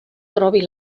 trobi